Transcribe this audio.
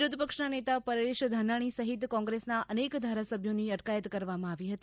વિરોધ પક્ષના નેતા પરેશ ધાના ણી સહિત કોંગ્રેસના અનેક ધારાસભ્યોની અટકાયત કરવામાં આવી હતી